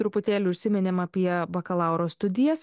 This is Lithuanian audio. truputėlį užsiminėm apie bakalauro studijas